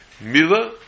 Mila